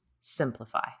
simplify